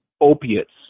Opiates